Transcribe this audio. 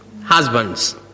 Husbands